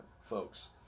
folks